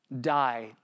die